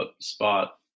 spot